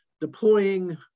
deploying